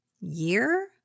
year